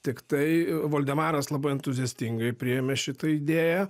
tiktai voldemaras labai entuziastingai priėmė šitą idėją